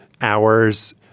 hours